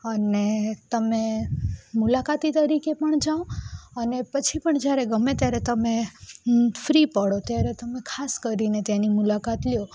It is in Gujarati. અને તમે મુલાકાતી તરીકે પણ જાઓ અને પછી પણ જ્યારે તમે ગમે ત્યારે તમે ફ્રી પડો ત્યારે તમે ખાસ કરીને તેની મુલાકાત લ્યો